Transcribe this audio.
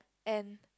end